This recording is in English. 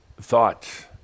Thoughts